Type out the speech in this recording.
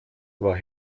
war